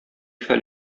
хәл